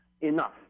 enough